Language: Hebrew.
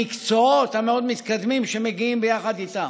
המקצועות המאוד-מתקדמים שמגיעים יחד איתם,